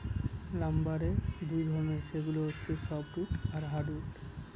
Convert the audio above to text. লাম্বারের দুই ধরনের, সেগুলা হচ্ছে সফ্টউড আর হার্ডউড